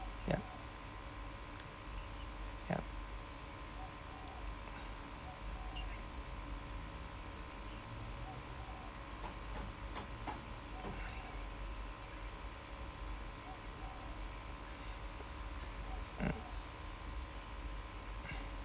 ya ya mm